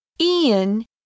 Ian